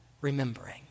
remembering